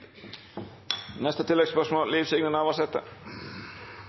Liv Signe Navarsete